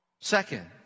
Second